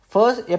First